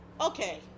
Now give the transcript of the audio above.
okay